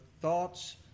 thoughts